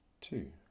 two